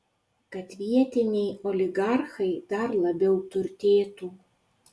kad vietiniai oligarchai dar labiau turtėtų